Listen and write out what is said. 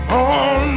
on